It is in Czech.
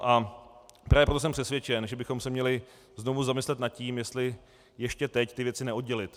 A právě proto jsem přesvědčen, že bychom se měli znovu zamyslet nad tím, jestli ještě teď ty věci neoddělit.